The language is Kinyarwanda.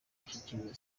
gushyikiriza